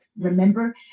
Remember